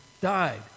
died